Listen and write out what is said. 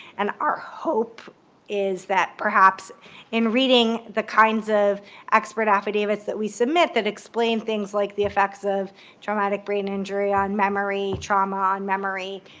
and our hope is that perhaps in reading the kinds of expert affidavits that we submit that explain things like the effects of traumatic brain injury on memory, trauma on memory,